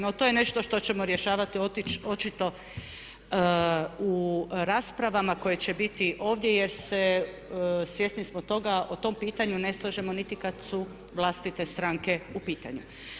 No to je nešto što ćemo rješavati očito u raspravama koje će biti ovdje jer svjesni smo toga o tom pitanju ne slažemo niti kad su vlastite stranke u pitanju.